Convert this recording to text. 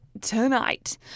tonight